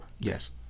Yes